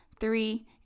three